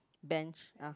bench ah